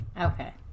Okay